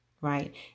Right